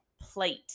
plate